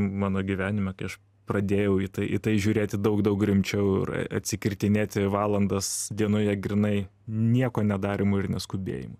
mano gyvenime kai aš pradėjau į tai į tai žiūrėti daug daug rimčiau ir atsikirtinėti valandas dienoje grynai nieko nedarymo ir neskubėjimo